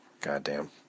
goddamn